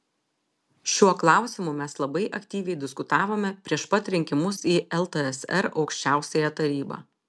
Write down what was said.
šiuo klausimu mes labai aktyviai diskutavome prieš pat rinkimus į ltsr aukščiausiąją tarybą